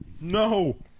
No